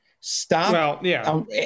stop